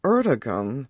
Erdogan